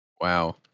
wow